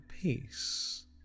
peace